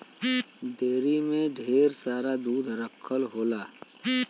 dairy में ढेर सारा दूध रखल होला